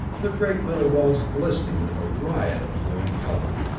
their great metal walls glistening with a riot of flowing color.